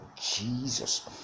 Jesus